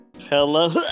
Hello